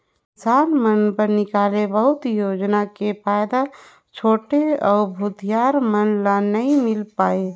किसान मन बर निकाले बहुत योजना के फायदा छोटे अउ भूथियार मन ल नइ मिल पाये